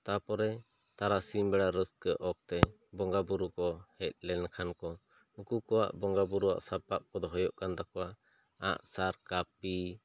ᱛᱟᱨᱯᱚᱨᱮ ᱛᱟᱨᱟᱥᱤᱝ ᱵᱮᱲᱟ ᱨᱟᱹᱥᱠᱟᱹ ᱚᱠᱛᱮ ᱵᱚᱸᱜᱟ ᱵᱳᱨᱳ ᱠᱚ ᱦᱮᱡ ᱞᱮᱱ ᱠᱷᱟᱱ ᱠᱚ ᱩᱱᱠᱩ ᱠᱚᱣᱟᱜ ᱵᱚᱸᱜᱟ ᱵᱳᱨᱳ ᱥᱟᱯᱟᱵ ᱠᱚ ᱫᱚ ᱦᱩᱭᱩᱜ ᱠᱟᱱ ᱛᱟᱠᱚᱣᱟ ᱟᱸᱜ ᱥᱟᱨ ᱠᱟᱹᱯᱤ